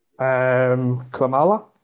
Klamala